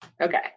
Okay